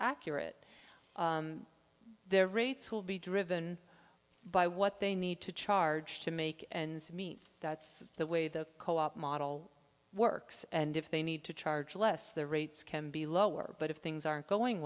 accurate their rates will be driven by what they need to charge to make ends meet that's the way the co op model works and if they need to charge less the rates can be lower but if things aren't going